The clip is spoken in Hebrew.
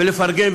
ולפרגן,